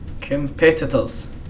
competitors